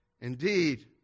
Indeed